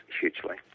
hugely